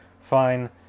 fine